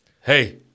hey